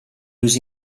usi